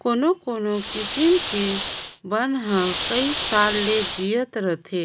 कोनो कोनो किसम के बन ह कइ साल ले जियत रहिथे,